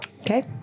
Okay